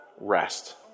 rest